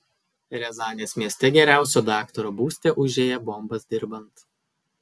riazanės mieste geriausio daktaro būste užėję bombas dirbant